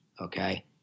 Okay